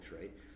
right